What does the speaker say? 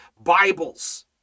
bibles